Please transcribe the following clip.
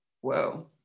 Whoa